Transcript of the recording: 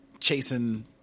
chasing